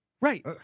right